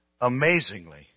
amazingly